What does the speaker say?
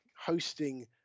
hosting